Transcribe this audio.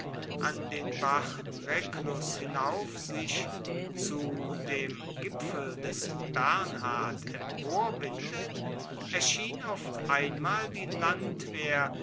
an den bach reclus hinauf sich zu dem gipfel des bernhard emporwindet erschien auf einmal die landwehr